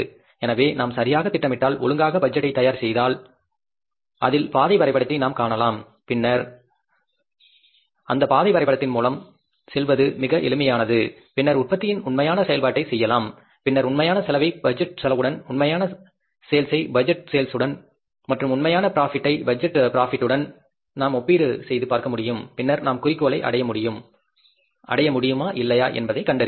எனவே நாம் சரியாகத் திட்டமிட்டால் ஒழுங்காக பட்ஜெட்டை தயார் அதில் பாதை வரைபடத்தை நாம் காணலாம் பின்னர் அந்த பாதை வரைபடத்தின் மூலம் செல்வது மிகவும் எளிதானது பின்னர் உற்பத்தியின் உண்மையான செயல்பாட்டை செய்யலாம் பின்னர் உண்மையான செலவை பட்ஜெட் செலவுடன் உண்மையான சேல்ஸ் யை பட்ஜெட் சேல்ஸ் உடனும் மற்றும் உண்மையான ப்ராபிட்டை பட்ஜெட் ப்ராபிட்டுடன் நாம் ஒப்பீடு செய்து பார்க்க முடியும் பின்னர் நாம் குறிக்கோளை அடைய முடியுமா இல்லையா என்பதைக் கண்டறியலாம்